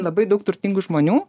labai daug turtingų žmonių